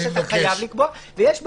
יש: חייב לקבוע, ויש באמצע: